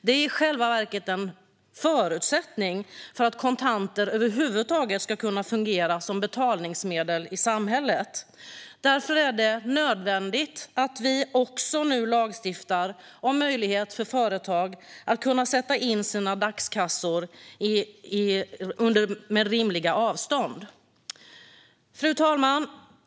Det är i själva verket en förutsättning för att kontanter över huvud taget ska kunna fungera som betalningsmedel i samhället. Därför är det nödvändigt att vi nu också lagstiftar om möjlighet för företag att kunna sätta in sina dagskassor med rimliga avstånd. Fru talman!